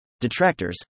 detractors